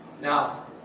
Now